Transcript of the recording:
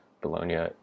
Bologna